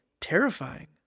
terrifying